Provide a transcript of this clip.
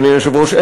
אדוני היושב-ראש,